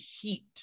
heat